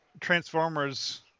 Transformers